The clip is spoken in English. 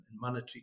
monetary